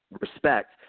respect